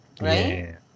Right